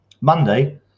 Monday